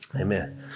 Amen